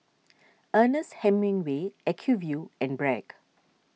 Ernest Hemingway Acuvue and Bragg